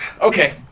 Okay